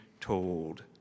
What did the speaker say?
told